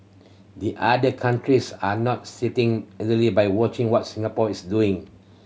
the other countries are not sitting idly by watching what Singapore is doing